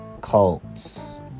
cults